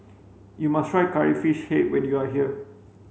you must try curry fish head when you are here